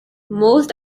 most